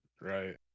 right